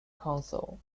council